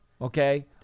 Okay